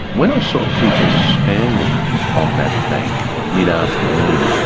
when i saw people standing on that bank mid-afternoon,